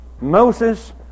Moses